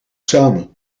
samen